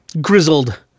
grizzled